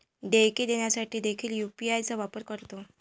देयके देण्यासाठी देखील यू.पी.आय चा वापर करतो